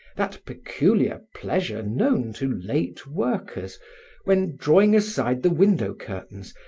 that peculiar pleasure known to late workers when, drawing aside the window curtains,